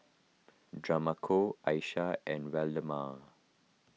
Demarco Aisha and Waldemar